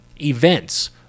Events